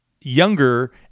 younger